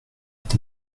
est